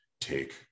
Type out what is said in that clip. take